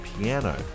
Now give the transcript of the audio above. piano